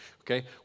okay